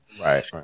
right